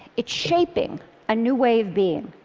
it's shaping a new way of being.